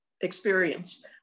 experience